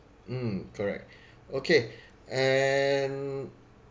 mm correct okay and